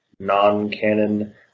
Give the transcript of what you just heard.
non-canon